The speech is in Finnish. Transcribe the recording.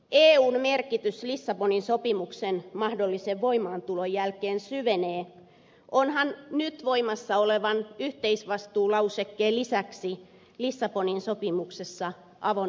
eun merkitys lissabonin sopimuksen mahdollisen voimaantulon jälkeen syvenee onhan nyt voimassa olevan yhteisvastuu lausekkeen lisäksi lissabonin sopimuksessa avunantovelvoite